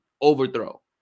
overthrow